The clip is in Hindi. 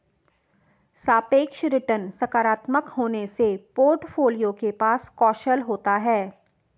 सापेक्ष रिटर्न सकारात्मक होने से पोर्टफोलियो के पास कौशल होता है